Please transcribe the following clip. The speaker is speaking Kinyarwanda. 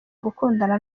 gukundana